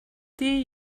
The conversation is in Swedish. det